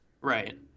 Right